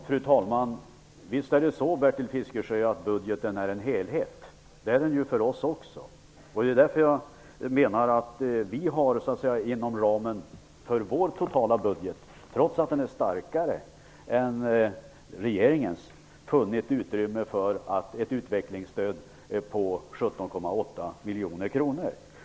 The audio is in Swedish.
Fru talman! Visst är budgeten också för oss en helhet, Bertil Fiskesjö, men vi har inom ramen för vår totala budget, trots att den är starkare än regeringens, funnit utrymme för ett utvecklingsstöd om 17,8 miljoner kronor.